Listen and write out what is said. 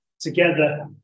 together